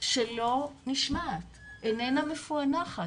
שלא נשמעת ואיננה מפוענחת.